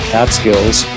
Catskills